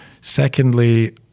Secondly